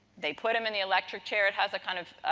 they put him in the electric chair, it has a kind of,